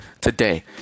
today